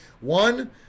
One